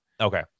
Okay